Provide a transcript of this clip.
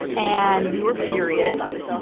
and we were furious,